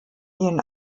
ihren